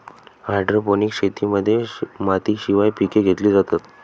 hydroponics शेतीमध्ये मातीशिवाय पिके घेतली जातात